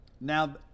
Now